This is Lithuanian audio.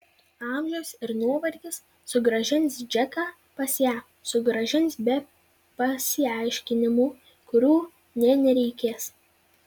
amžius ir nuovargis sugrąžins džeką pas ją sugrąžins be pasiaiškinimų kurių nė nereikės